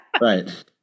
Right